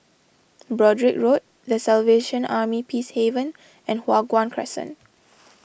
Broadrick Road the Salvation Army Peacehaven and Hua Guan Crescent